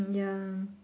ya